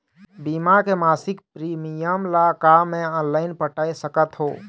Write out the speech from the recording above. बीमा के मासिक प्रीमियम ला का मैं ऑनलाइन पटाए सकत हो?